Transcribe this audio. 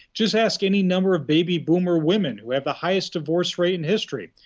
just ask any number of baby boomer women who have the highest divorce rate in history.